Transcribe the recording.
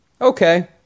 Okay